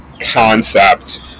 concept